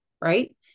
Right